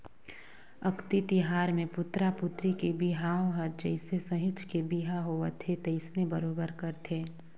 अक्ती तिहार मे पुतरा पुतरी के बिहाव हर जइसे सहिंच के बिहा होवथे तइसने बरोबर करथे